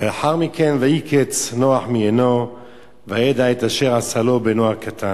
לאחר מכן: "וייקץ נח מיינו וידע את אשר עשה לו בנו הקטן,